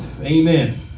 Amen